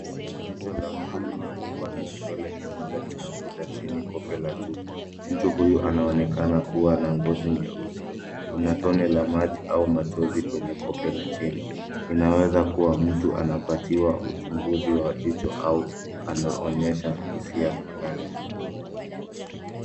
Jicho la mtu limefungwa na kidole kimoja kinavuta chini kope la juu. Mtu huyu anaonekana kuwa na ngozi nyeusi. Kuna tone la maji au machozi kwenye kope la chini, inaweza kuwa mtu anapatiwa uchunguzi wa jicho au anaonyesha hisia flani.